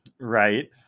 right